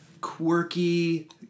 quirky